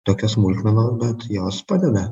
tokios smulkmenos bet jos padeda